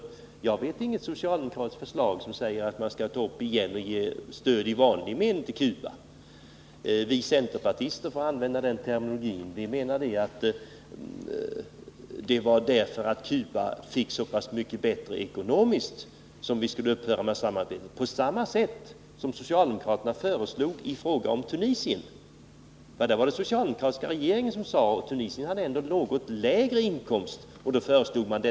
Jag känner därför inte till något socialdemokratiskt förslag om att vi åter skall ge bistånd i vanlig mening till Cuba. Vi centerpartister menade att vi skulle upphöra med stödet till Cuba på grund av att landet hade fått det så mycket bättre ekonomiskt. Det var alltså samma motivering som socialdemokraterna anförde i fråga om Tunisien. Tunisien hade ändå en något lägre inkomst per capita än Cuba när den socialdemokratiska regeringen föreslog att biståndet dit skulle trappas ned.